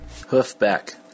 Hoofback